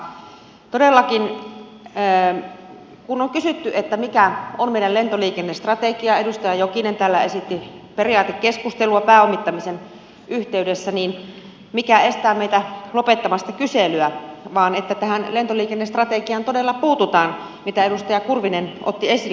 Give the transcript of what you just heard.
todellakin kun on kysytty että mikä on meidän lentoliikennestrategia edustaja jokinen täällä esitti periaatekeskustelua pääomittamisen yhteydessä niin mikä estää meitä lopettamasta kyselyä vaan että tähän lentoliikennestrategiaan todella puututaan mitä edustaja kurvinen otti esille